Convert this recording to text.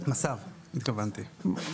מס"ב, התכוונתי.